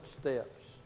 steps